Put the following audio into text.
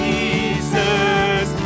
Jesus